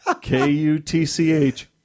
K-U-T-C-H